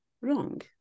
wrong